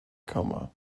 coma